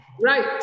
Right